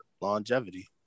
longevity